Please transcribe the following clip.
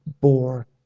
bore